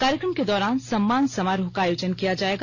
कार्यक्रम के दौरान सम्मान समारोह का आयोजन किया जाएगा